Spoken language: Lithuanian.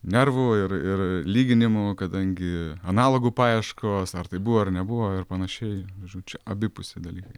nervų ir ir lyginimų kadangi analogų paieškos ar tai buvo ar nebuvo ir panašiai žodžiu abipusiai dalykai